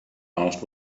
asked